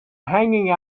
hanging